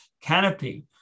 canopy